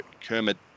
Kermit